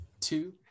two